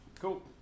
cool